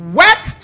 work